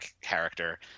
character